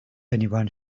anyone